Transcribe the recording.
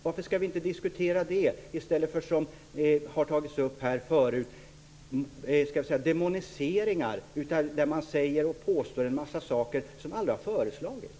Varför skall vi inte diskutera det i stället för det som har tagits upp här förut; demoniseringar där man påstår en massa saker som aldrig har föreslagits?